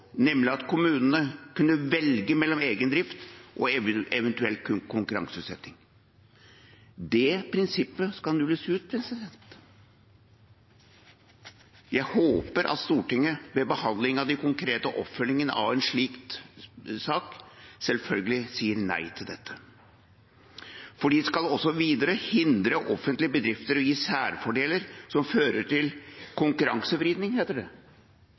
nemlig at kommunene har kunnet velge mellom egen drift og eventuelt konkurranseutsetting. Det prinsippet skal nulles ut. Jeg håper at Stortinget, ved behandlingen av den konkrete oppfølgingen av en slik sak, selvfølgelig sier nei til dette. Videre skal de hindre at offentlige bedrifter gis særfordeler som fører til konkurransevridning.